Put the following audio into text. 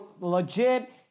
legit